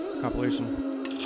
compilation